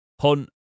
Hunt